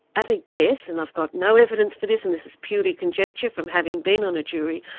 at a guess and i've got no evidence for this, and this is purely conjecture from having been on a jury,